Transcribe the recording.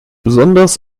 besonders